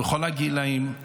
בכל הגילים,